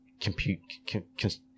compute